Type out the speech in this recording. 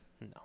no